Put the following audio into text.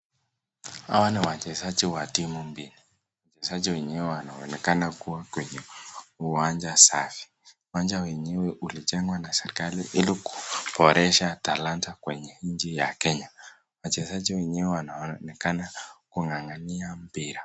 Hawa ni wachezaji wa timu mbili , wachezaji wenyewe wanaonekana kuwa kwenye uwanja safi , uwanja wenyewe ulijengwa na serikali ili kuboresha talanta kwenye nchi ya Kenya , wachezaji wenyewe wanaonekana kung'ang'ania mpira.